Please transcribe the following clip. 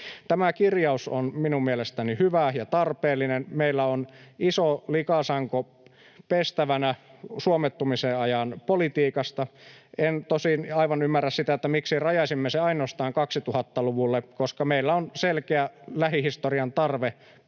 Tämä kirjaus on minun mielestäni hyvä ja tarpeellinen. Meillä on iso likasanko pestävänä suomettumisen ajan politiikasta. En tosin aivan ymmärrä sitä, miksi rajasimme sen ainoastaan 2000-luvulle, koska meillä on selkeä lähihistorian tarve